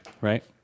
Right